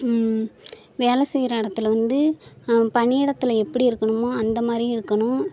வேலை செய்கிற இடத்துல வந்து பணியிடத்தில் எப்படி இருக்கணுமோ அந்தமாதிரி இருக்கணும்